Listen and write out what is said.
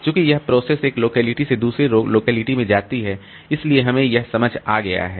चूंकि यह प्रोसेस एक लोकलिटी से दूसरे लोकलिटी में जाती है इसलिए हमें यह समझ आ गया है